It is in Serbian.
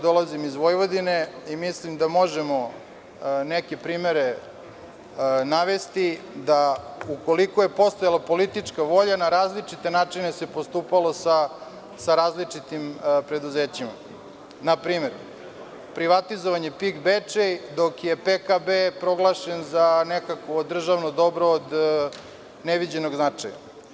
Dolazim iz Vojvodine i mislim da možemo neke primere navesti da ukoliko je postojala politička volja na različite načine se postupalo sa različitim preduzećima, npr. privatizovan je PIK „Bečej“, dok je PKB proglašen za nekakvo državno dobro od neviđenog značaja.